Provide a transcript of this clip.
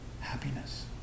happiness